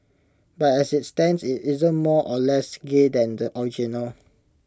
but as IT stands IT isn't more or less gay than the original